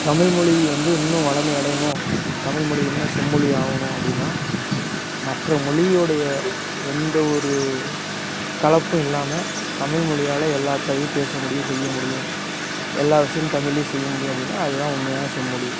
தமிழ் மொழி வந்து இன்னும் வளமை அடையணும் தமிழ் மொழி இன்னும் செம்மொழி ஆகணும் அப்படின்னா மற்ற மொழியோடைய எந்த ஒரு கலப்பும் இல்லாமல் தமிழ் மொழியால் எல்லாத்தையும் பேசமுடியும் செய்ய முடியும் எல்லா விஷயமும் தமிழ்லேயும் செய்யமுடியும் அப்படின்னா அதுதான் உண்மையான செம்மொழி